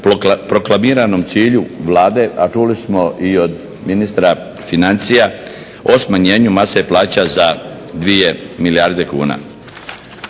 proklamiranom cilju Vlade, a čuli smo i od ministra financija o smanjenju mase plaća za 2 milijarde kuna.